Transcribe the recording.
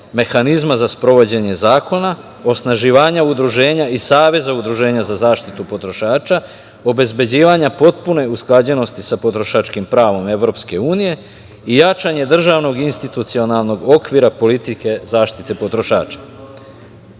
mehanizma za sprovođenje zakona, osnaživanja udruženja i saveza udruženja za zaštitu potrošača, obezbeđivanja potpune usklađenosti sa potrošačkim pravom Evropske unije, jačanje državnog institucionalnog okvira politike zaštite potrošača.Međutim,